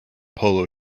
polo